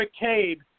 McCabe